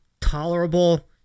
tolerable